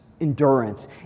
Endurance